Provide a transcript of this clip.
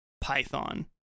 Python